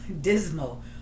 Dismal